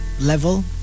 level